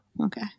Okay